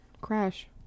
Crash